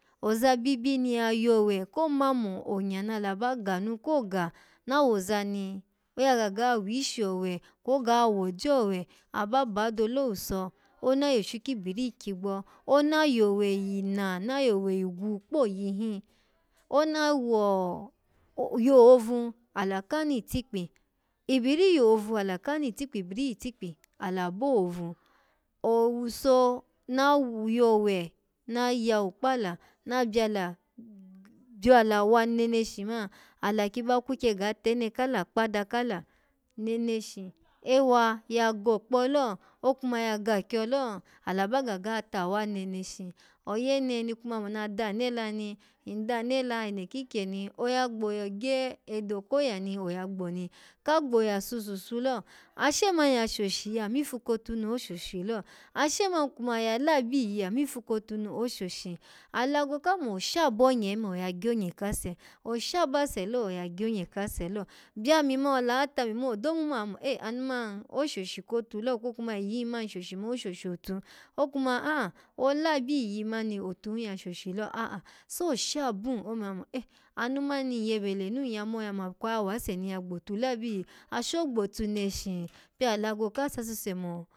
Ozabibi ni ya yowe ko mamo onya nala ba ganu ko ga na wozani oya gaga wishi owe, kwoga woje owe, aba ba adole owuso ona yoshu kibir yi kyigbo ona yowe yi na, nayowe yi gwu kpoyi hin, ona wo-yohovu ala kanu itikpi ibiri yohovu ala kanu itikpi, ibiri yitikpi ala bohovu owuso na wowe na yawu kpala, na byala byala wa neneshi man, ala kyi ba kwikye ga tene kala kpada kala neshi ewa ya gokpo lo, okuma ya gakyo lo ala ba gaga tawa neneshi oyene ni kuma mona danela ni, ndanda enokikyeni ya gboya ogye edo koya noya gbo ni, ka gboya sususu lo ashe mani ya shoshi yi amifu kotu nu, oshoshi lo ashe man kuma ya labi iyi amifu kotu nu oshoshi alago ka mo oshabonye me oya gyonye kase, osha base lo, oya gyonye kase lo byami ma ala wa tami man, odo mun ma oya mo eh anu man oshoshi kotu lo kwo kuma iyi hin man shoshi man oshoshi out, kwo kuma a'a olabi iyi mani out hun ya soshi lo, a'a so sha bun ome oya mo eh anu mani nyyebe lenu nyya ya mo kwa wase ni ya gbotu labi, ashe ogbotu neshi pya alago ka sasuse mo.